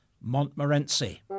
Montmorency